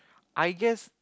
I guess